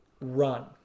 run